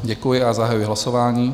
Děkuji a zahajuji hlasování.